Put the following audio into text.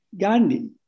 Gandhi